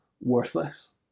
worthless